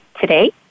today